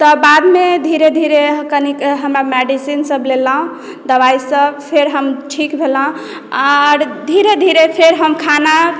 तऽ बादमे धीरे धीरे कनी हमरा मेडीसिन सभ लेलहुँ दवाई सभ फेर हम ठीक भेलहुँ आओर धीरे धीरे फेर हम खाना